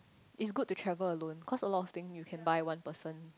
it's good to travel alone cause a lot of thing you can buy one person